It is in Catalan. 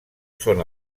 són